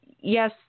yes